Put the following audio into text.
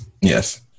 Yes